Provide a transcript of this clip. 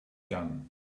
gun